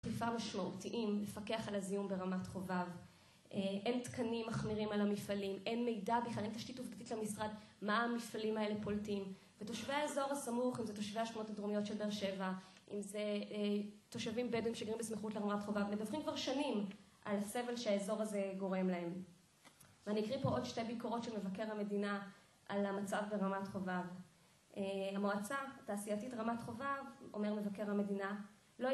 ...משמעותיים, לפקח על הזיהום ברמת חובב. אין תקנים מחמירים על המפעלים, אין מידע בכלל, אין תשתית עובדתית למשרד מה המפעלים האלה פולטים. ותושבי האזור הסמוך, אם זה תושבי השכונות הדרומיות של באר שבע, אם זה תושבים בדואים שגרים בסמיכות לרמת חובב, מדווחים כבר שנים על הסבל שהאזור הזה גורם להם. ואני אקריא פה עוד שתי ביקורות של מבקר המדינה על המצב ברמת חובב. המועצה התעשייתית רמת חובב, אומר מבקר המדינה, לא...